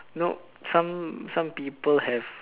know some some people have